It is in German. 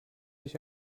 ich